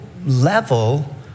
level